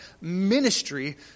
ministry